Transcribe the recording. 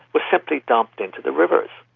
was simply dumped into the rivers.